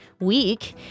Week